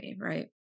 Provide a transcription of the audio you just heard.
right